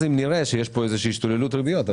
אם נראה שיש השתוללות ריביות,